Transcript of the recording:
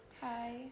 Hi